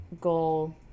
Goal